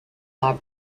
bob